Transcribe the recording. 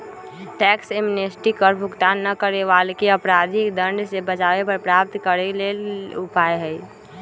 tax amnesty कर भुगतान न करे वलाके अपराधिक दंड से बचाबे कर प्राप्त करेके लेल उपाय हइ